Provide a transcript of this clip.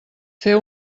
fer